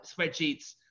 spreadsheets